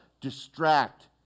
Distract